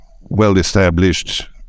well-established